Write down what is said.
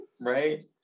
Right